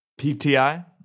PTI